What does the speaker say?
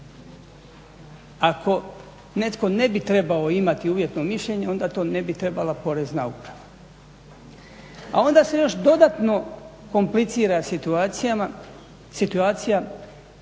Ako netko ne bi trebao imati uvjetno mišljenje onda to ne bi trebala Porezna uprava. A onda se još dodatno komplicira situacija